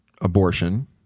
abortion